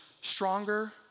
stronger